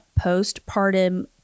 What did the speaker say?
postpartum